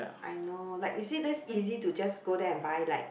I know like you see that's easy to just go there and buy like